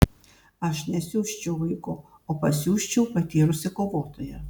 aš nesiųsčiau vaiko o pasiųsčiau patyrusį kovotoją